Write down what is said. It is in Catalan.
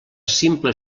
simple